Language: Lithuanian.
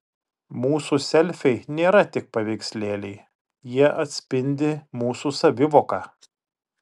mūsų selfiai nėra tik paveikslėliai jie atspindi mūsų savivoką